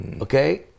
Okay